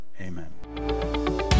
amen